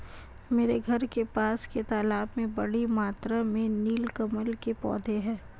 मेरे घर के पास के तालाब में बड़ी मात्रा में नील कमल के पौधें हैं